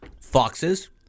Foxes